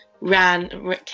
ran